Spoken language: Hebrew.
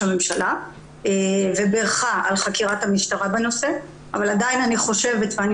הממשלה ובירכה על חקירת המשטרה בנושא אבל עדיין אני חושבת ואני